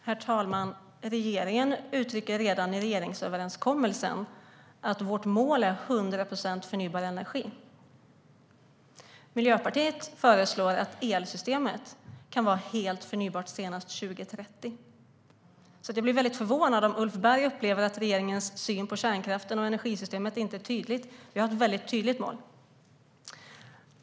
Herr talman! Regeringen uttrycker redan i regeringsöverenskommelsen att dess mål är 100 procent förnybar energi. Miljöpartiet föreslår att elsystemet ska vara helt förnybart senast 2030. Det förvånar mig att Ulf Berg upplever att regeringens syn på kärnkraften och energisystemet inte är tydlig. Regeringen har ett väldigt tydligt mål.